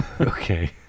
Okay